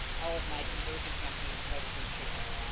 all of my conversion campaigns and everything kick in.